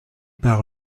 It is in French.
par